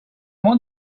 want